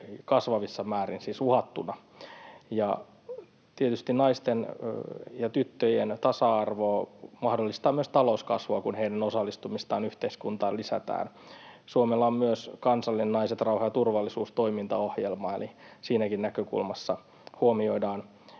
kasvavissa määrin uhattuna. Tietysti naisten ja tyttöjen tasa-arvo mahdollistaa myös talouskasvua, kun heidän osallistumistaan yhteiskunnassa lisätään. Suomella on myös kansallinen Naiset, rauha ja turvallisuus -toimintaohjelma, eli sekin näkökulma huomioidaan